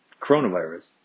coronavirus